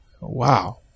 wow